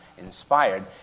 Inspired